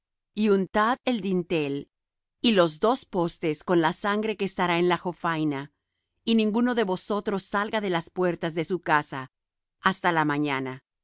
y untad el dintel y los dos postes con la sangre que estará en la jofaina y ninguno de vosotros salga de las puertas de su casa hasta la mañana